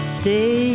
stay